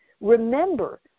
Remember